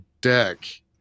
deck